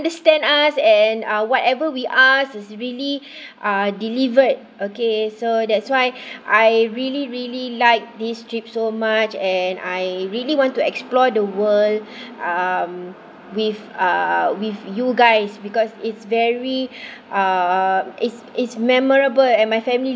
understand us and uh whatever we asked is really uh delivered okay so that's why I really really liked this trip so much and I really want to explore the world um with uh with you guys because it's very uh is is memorable and my family